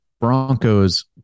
Broncos